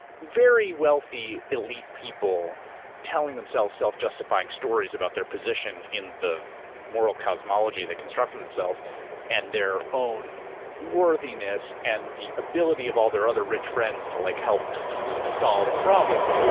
very wealthy, elite people telling themselves self-justifying stories about their position in the moral cosmology they construct for themselves and their own worthiness and the ability of all their other rich friends to like help solve problems,